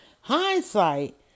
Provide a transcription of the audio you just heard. hindsight